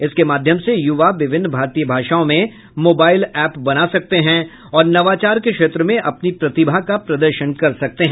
इसके माध्यम से युवा विभिन्न भारतीय भाषाओं में मोबाइल एप बना सकते हैं और नवाचार के क्षेत्र में अपनी प्रतिभा का प्रदर्शन कर सकते हैं